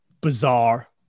bizarre